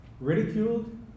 ridiculed